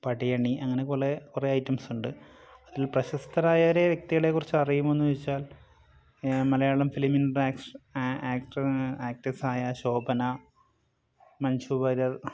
പടയണി അങ്ങനെ കുറേ ഐറ്റംസുണ്ട് അതിൽ പ്രശസ്തരായരെ വ്യക്തികളെക്കുറിച്ച് അറിയുമോ എന്നു ചോദിച്ചാൽ മലയാളം ഫിലിമിംപാക്റ്റ് ആക്ട്രസ്സായ ശോഭന മഞ്ജുവാര്യർ